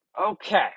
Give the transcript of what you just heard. Okay